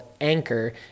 Anchor